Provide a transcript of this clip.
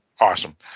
awesome